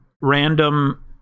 random